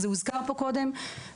זה הוזכר פה קודם,